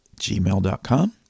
gmail.com